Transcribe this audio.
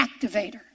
activator